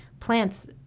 Plants